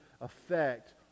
effect